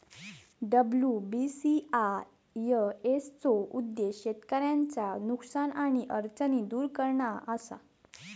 WBCIS चो उद्देश्य शेतकऱ्यांचा नुकसान आणि अडचणी दुर करणा असा